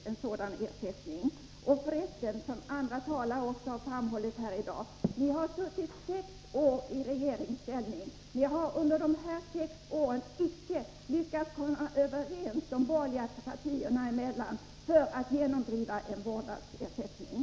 De borgerliga partierna har f. ö., vilket redan framhållits av andra talare här i dag, suttit sex år i regeringsställning men ändå inte lyckats komma överens om att genomdriva ett system med vårdnadsersättning.